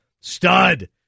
stud